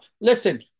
Listen